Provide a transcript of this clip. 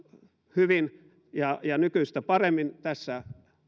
hyvin ja ja nykyistä paremmin tässä